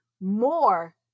more